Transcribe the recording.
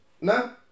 no